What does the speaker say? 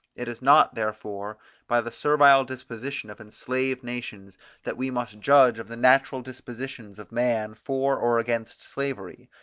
it is not therefore by the servile disposition of enslaved nations that we must judge of the natural dispositions of man for or against slavery,